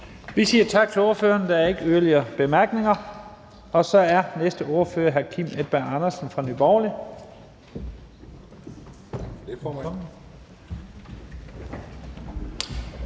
Vi siger tak til ordføreren. Der er ikke yderligere korte bemærkninger. Så er næste ordfører hr. Kim Edberg Andersen fra Nye